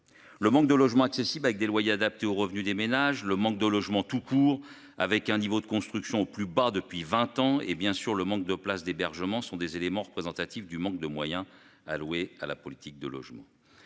Le manque de logements accessibles avec des loyers adaptés aux revenus des ménages, le manque de logement tout court, avec un niveau de construction au plus bas depuis 20 ans et bien sûr le manque de places d'hébergement sont des éléments représentatifs du manque de moyens alloués à la politique de logement,